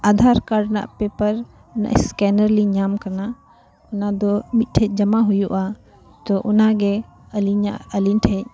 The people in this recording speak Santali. ᱟᱫᱷᱟᱨ ᱠᱟᱨᱰ ᱨᱮᱱᱟᱜ ᱯᱮᱯᱟᱨ ᱨᱮᱱᱟᱜ ᱥᱠᱮᱱ ᱞᱤᱧ ᱧᱟᱢ ᱠᱟᱱᱟ ᱚᱱᱟ ᱫᱚ ᱢᱤᱫᱴᱷᱮᱱ ᱡᱟᱢᱟ ᱦᱩᱭᱩᱜᱼᱟ ᱛᱚ ᱚᱱᱟᱜᱮ ᱟᱹᱞᱤᱧᱟᱜ ᱟᱹᱞᱤᱧ ᱴᱷᱮᱱ